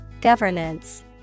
Governance